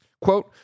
Quote